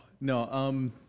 no